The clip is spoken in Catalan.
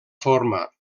forma